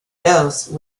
dose